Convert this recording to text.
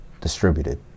distributed